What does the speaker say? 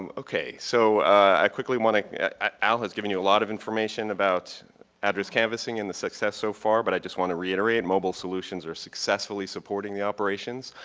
um so i quickly want to al has given you a lot of information about address canvassing and the success so far but i just want to reiterate mobile solutions are successfully supporting the operations.